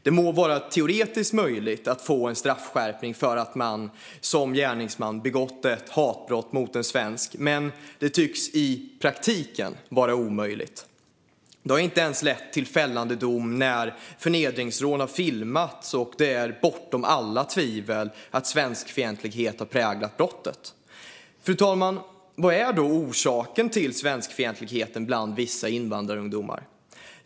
Det må vara teoretiskt möjligt att få straffskärpning för att man begått ett hatbrott mot en svensk, men det tycks i praktiken vara omöjligt. Det har inte lett till fällande dom ens när förnedringsrån har filmats och det är bortom alla tvivel att svenskfientlighet har präglat brottet. Fru talman! Vad är då orsaken till svenskfientligheten bland vissa invandrarungdomar?